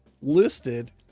listed